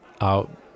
out